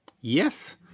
Yes